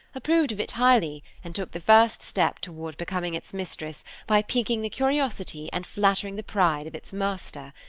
approved of it highly, and took the first step toward becoming its mistress, by piquing the curiosity and flattering the pride of its master.